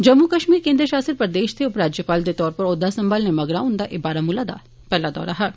जम्मू कश्मीर केन्द्र शासित प्रदेश दे उप राज्यपाल दे तौर उप्पर औहदा सांभने मगरा हुन्दा एह बारामुला दा पैहला दौरा हा